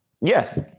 Yes